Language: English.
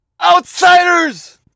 Outsiders